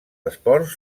esports